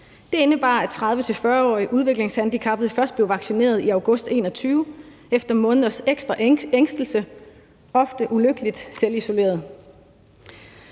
Det indebar, at 30-40-årige udviklingshandicappede først blev vaccineret i august 2021 efter måneders ekstra ængstelse, ofte ulykkeligt selvisoleret.